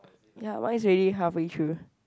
ya mine's already halfway through